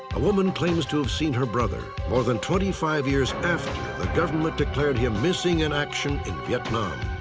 a woman claims to have seen her brother more than twenty five years after the government declared him missing in action in vietnam.